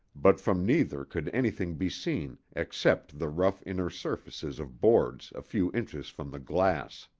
but from neither could anything be seen except the rough inner surfaces of boards a few inches from the glass.